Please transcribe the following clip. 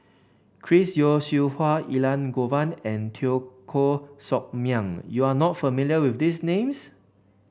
Chris Yeo Siew Hua Elangovan and Teo Koh Sock Miang you are not familiar with these names